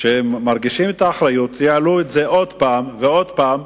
שמרגישים את האחריות יעלו את זה עוד פעם ועוד פעם.